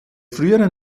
frühere